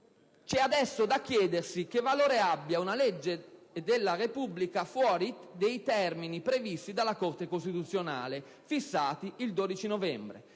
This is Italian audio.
«C'è adesso da chiedersi che valore abbia una legge della Repubblica fuori dei termini previsti dalla Corte costituzionale fissati il 12 novembre».